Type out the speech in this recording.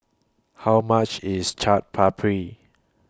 How much IS Chaat Papri